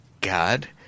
god